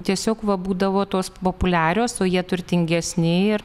tiesiog va būdavo tos populiarios o jie turtingesni ir